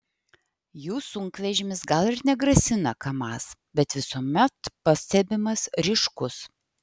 jų sunkvežimis gal ir negrasina kamaz bet visuomet pastebimas ryškus